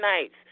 nights